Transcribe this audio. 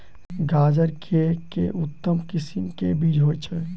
गाजर केँ के उन्नत किसिम केँ बीज होइ छैय?